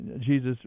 Jesus